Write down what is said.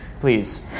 Please